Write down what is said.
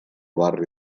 barri